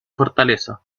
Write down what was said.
fortaleza